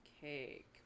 Cake